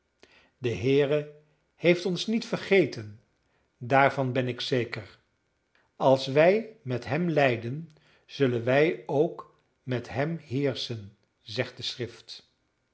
de heere heeft ons niet vergeten daarvan ben ik zeker als wij met hem lijden zullen wij ook met hem heerschen zegt de schrift